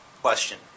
Question